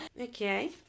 okay